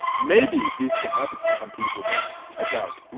maybe this can happen for some people. but i doubt